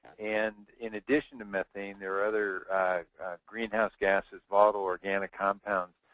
and in addition to methane, there are other greenhouse gases, volatile organic compounds,